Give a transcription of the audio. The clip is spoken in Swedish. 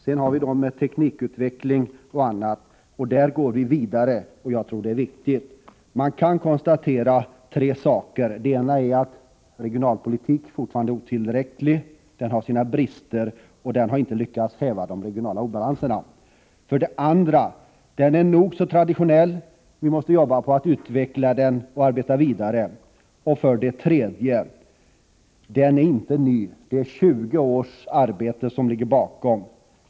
Beträffande teknikutveckling går man vidare. Det är viktigt. Vidare kan man konstatera tre saker: För det första är regionalpolitiken fortfarande otillräcklig. Den har sina brister, och den har inte lyckats häva de regionalpolitiska obalanserna. För det andra är regionalpolitiken nog så traditionell. Vi måste arbeta på att utveckla den. För det tredje är den inte ny. Det är 20 års arbete som ligger bakom.